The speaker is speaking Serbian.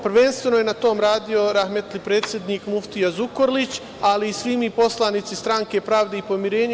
Prvenstveno je na tome radio rahmetli predsednik muftija Zukorlić, ali i svi mi poslanici Stranke pravde i pomirenja.